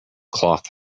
cloth